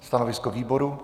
Stanovisko výboru?